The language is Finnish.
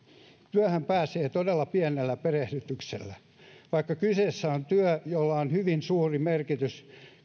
työhön pääsee todella pienellä perehdytyksellä vaikka kyseessä on työ jolla on hyvin suuri merkitys